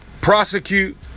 prosecute